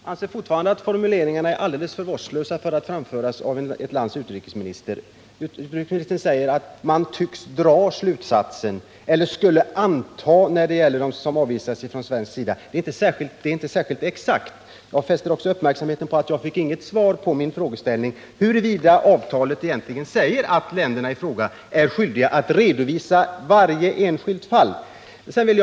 Herr talman! Jag anser fortfarande att formuleringarna är alldeles för vårdslösa för att framföras av ett lands utrikesminister. Utrikesminister Blix säger att man ”tycks dra slutsatsen” och att man ”antar”. Det är inte särskilt exakt. Jag vill fästa uppmärksamheten på att jag inte fick något svar på min fråga huruvida det står i avtalet att länderna i fråga är skyldiga att redovisa varje enskilt fall av utvisning.